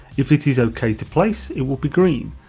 if it is ok to place, it will be green,